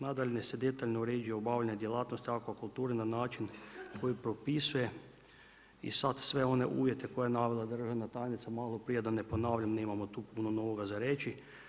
Nadalje se detaljno uređuje obavljanje djelatnosti akvakulture na način koji propisuje i sada sve one uvjete koje ja navela državna tajnica malo prije da ne ponavljam, nemamo tu puno novoga za reći.